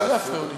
שלא יפריעו לי.